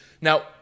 Now